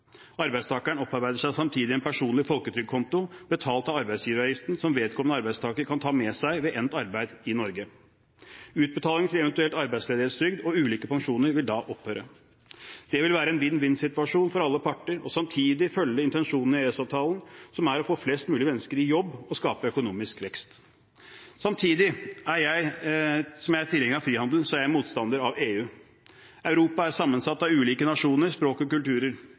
Arbeidstakeren opparbeider seg samtidig en personlig folketrygdkonto betalt av arbeidsgiveravgiften, som vedkommende arbeidstaker kan ta med seg ved endt arbeid i Norge. Utbetaling til eventuell arbeidsledighetstrygd og ulike pensjoner vil da opphøre. Det vil være en vinn-vinn-situasjon for alle parter og samtidig følge intensjonen i EØS-avtalen, som er å få flest mennesker i jobb og skape økonomisk vekst. Samtidig som jeg er tilhenger av frihandel, er jeg motstander av EU. Europa er sammensatt av ulike nasjoner, språk og kulturer.